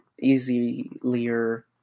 Easier